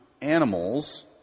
animals